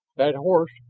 that horse,